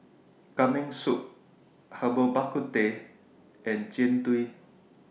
Kambing Soup Herbal Bak Ku Teh and Jian Dui